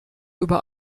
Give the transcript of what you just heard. über